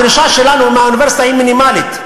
הדרישה שלנו מהאוניברסיטה היא מינימלית.